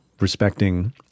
respecting